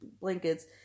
blankets